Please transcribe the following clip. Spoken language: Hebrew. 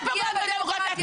את פוגעת בדמוקרטיה.